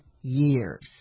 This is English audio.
years